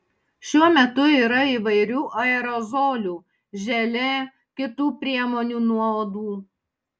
šiuo metu yra įvairių aerozolių želė kitų priemonių nuo uodų